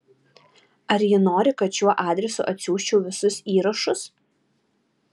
ar ji nori kad šiuo adresu atsiųsčiau visus įrašus